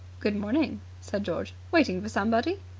good morning, said george. waiting for somebody?